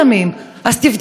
אז תבדקי את עצמך,